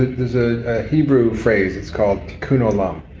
there's a hebrew phrase. it's called tikkun olam,